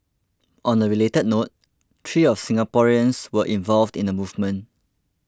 on a related note three of Singaporeans were involved in the movement